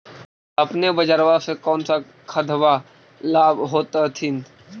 अपने बजरबा से कौन सा खदबा लाब होत्थिन?